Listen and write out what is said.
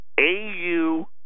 AU